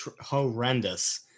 horrendous